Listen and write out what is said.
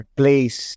place